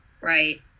right